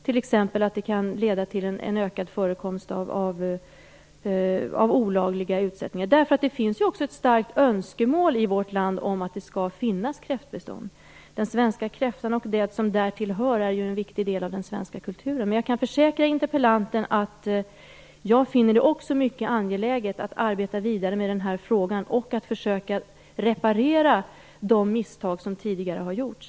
Det kan t.ex. leda till en ökad förekomst av olagliga utsättningar. Det finns ju också ett starkt önskemål i vårt land om att det skall finnas kräftbestånd. Den svenska kräftan och det som därtill hör är ju en viktig del av den svenska kulturen. Jag kan försäkra interpellanten att också jag finner det mycket angeläget att arbeta vidare med frågan och försöka reparera de misstag som tidigare har gjorts.